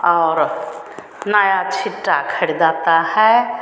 और नया छिट्टा खरिदाता है